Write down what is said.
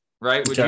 Right